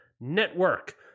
network